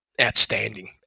outstanding